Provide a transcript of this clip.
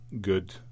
good